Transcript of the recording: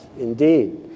indeed